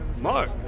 Mark